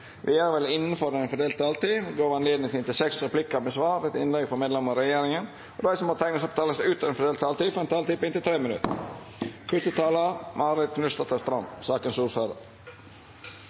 Vidare vil det – innanfor den fordelte taletida – verta gjeve høve til inntil seks replikkar med svar etter innlegg frå medlemer av regjeringa, og dei som måtte teikna seg på talarlista utover den fordelte taletida, får ei taletid på inntil 3 minutt.